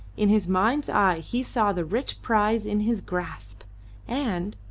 in his mind's eye he saw the rich prize in his grasp and,